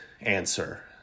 answer